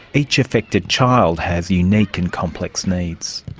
each affected child has unique and complex needs.